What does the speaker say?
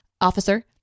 officer